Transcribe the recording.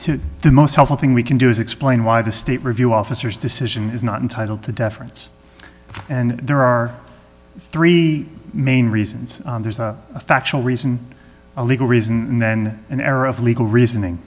to the most helpful thing we can do is explain why the state review officers decision is not entitled to deference and there are three main reasons there's a factual reason a legal reason and then an air of legal reasoning